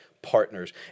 Partners